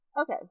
Okay